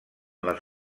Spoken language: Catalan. les